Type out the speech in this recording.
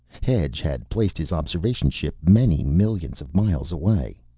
hedge had placed his observation ship many millions of miles away.